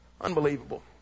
Unbelievable